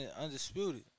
undisputed